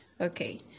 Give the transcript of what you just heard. Okay